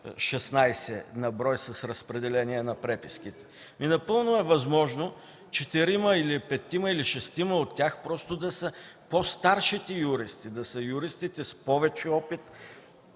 16 на брой с разпределение на преписките. Напълно е възможно четирима, петима или шестима от тях просто да са по-старшите юристи, да са с повече опит